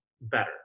better